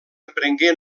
reprengué